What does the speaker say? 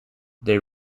they